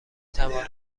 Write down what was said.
توانم